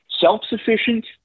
self-sufficient